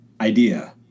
idea